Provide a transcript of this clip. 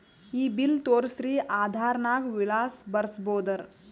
ಈ ಬಿಲ್ ತೋಸ್ರಿ ಆಧಾರ ನಾಗ ವಿಳಾಸ ಬರಸಬೋದರ?